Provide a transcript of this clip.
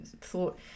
thought